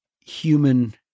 human